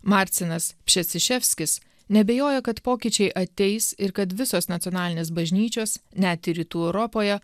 marcinas pšečiševskis neabejoja kad pokyčiai ateis ir kad visos nacionalinės bažnyčios net ir rytų europoje